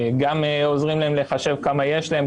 גם עוזרים להם לחשב כמה יש להם,